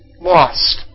lost